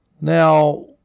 Now